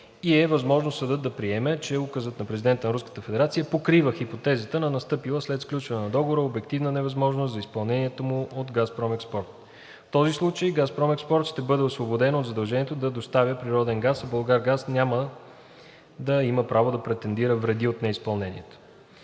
и е възможно съдът да приеме, че Указът на президента на Руската федерация покрива хипотезата на настъпила след сключване на Договора обективна невъзможност за изпълнението му от „Газпром Експорт“. В този случай „Газпром Експорт“ ще бъде освободено от задължението да доставя природен газ, а „Булгаргаз“ няма да има право да претендира вреди от неизпълнението.